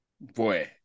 boy